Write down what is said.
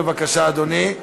בבקשה, אדוני.